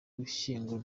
gushyingura